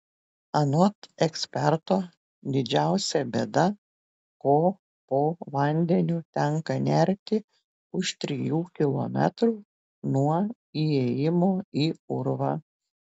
anot eksperto didžiausia bėda ko po vandeniu tenka nerti už trijų kilometrų nuo įėjimo į urvą